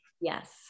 Yes